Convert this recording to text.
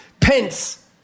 Pence